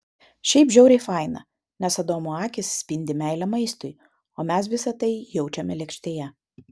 šiaip žiauriai faina nes adomo akys spindi meile maistui o mes visa tai jaučiame lėkštėje